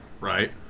right